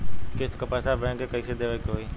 किस्त क पैसा बैंक के कइसे देवे के होई?